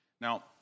Now